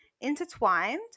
intertwined